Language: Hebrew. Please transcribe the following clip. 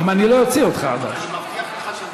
אם אני לא אוציא אותך עד אז אני מבטיח לך שאני